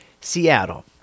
Seattle